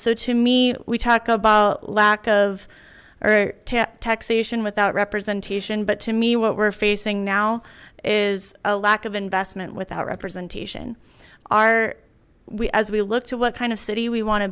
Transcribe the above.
so to me we talk about lack of taxation without representation but to me what we're facing now is a lack of investment without representation are we as we look to what kind of city we want to